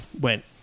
went